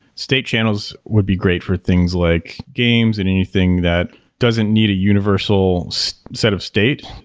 state channels would be great for things like games and anything that doesn't need a universal set of state.